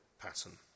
pattern